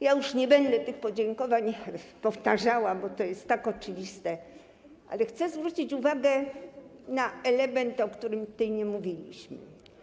Ja już nie będę tych podziękowań powtarzała, bo to jest tak oczywiste, ale chcę zwrócić uwagę na element, o którym tutaj nie mówiliśmy.